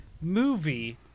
movie